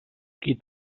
qui